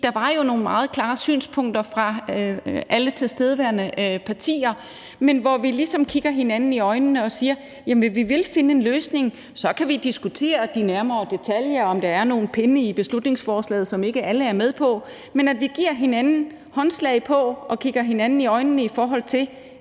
der var jo nogle meget klare synspunkter fra alle de tilstedeværende partier, men hvor vi ligesom kigger hinanden i øjnene og siger, at vi vil finde en løsning. Så kan vi diskutere de nærmere detaljer, og om der er nogle pinde i beslutningsforslaget, som ikke alle er med på, men så vi giver hinanden håndslag på og kigger hinanden i øjnene, i forhold til